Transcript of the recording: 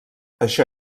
això